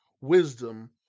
Wisdom